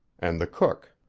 and the cook.